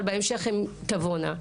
אבל הן תבואנה בהמשך.